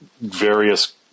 various